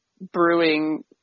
brewing